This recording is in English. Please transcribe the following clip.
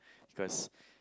cause